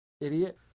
idiot